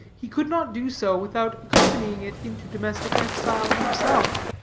he could not do so without accompanying it into domestic exile himself.